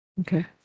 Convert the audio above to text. Okay